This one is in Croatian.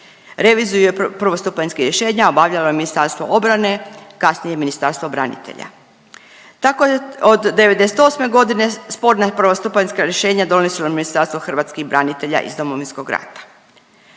Reviziju je prvostupanjskih rješenja obavljalo je Ministarstvo obrane, kasnije Ministarstvo branitelja. Tako je od '98. godine sporna prvostupanjska rješenja donosilo Ministarstvo hrvatskih branitelja iz Domovinskog rata.